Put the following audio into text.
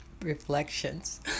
Reflections